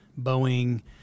Boeing